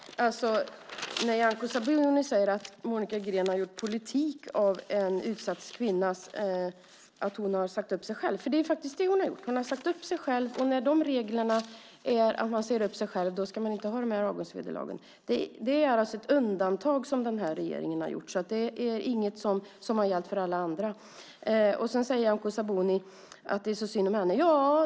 Herr talman! Nyamko Sabuni säger att jag gör politik av en utsatt kvinna. Hon har ju faktiskt sagt upp sig själv. Det är faktiskt det hon har gjort. Och om man säger upp sig själv ska man med reglerna inte ha sådana avgångsvederlag. Det är alltså ett undantag som regeringen har gjort. Det är inget som har gällt för alla andra. Sedan säger Nyamko Sabuni att det är så synd om Ulrica Schenström.